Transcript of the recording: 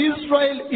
Israel